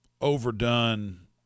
overdone